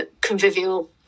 convivial